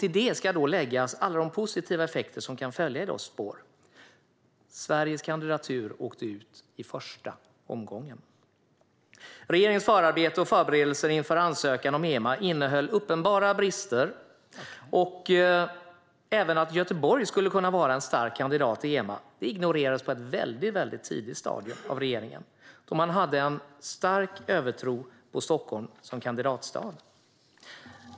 Till det ska läggas alla positiva effekter som kan följa i deras spår. Sveriges kandidatur åkte ut i första omgången. Regeringens förarbete och förberedelser inför ansökan om EMA innehöll uppenbara brister. Att även Göteborg skulle kunna vara en stark kandidat för EMA ignorerades av regeringen på ett väldigt tidigt stadium, då man hade en stark övertro på Stockholm som kandidatstad.